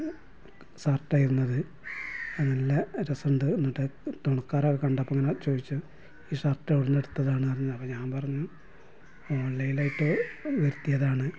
സർട്ടായിരുന്നു അത് അത് നല്ല രസമുണ്ട് എന്നിട്ട് തുണിക്കാരൊക്കേ കണ്ടപ്പോൾ ഇങ്ങനെ ചോദിച്ചു ഈ ഷർട്ട് എവിടെന്നു എടുത്തതാണ്ന്ന് അപ്പോൾ ഞാൻ പറഞ്ഞു ഓൺലൈന്ലായിട്ട് വരുത്തിയതാണ്